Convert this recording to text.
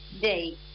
day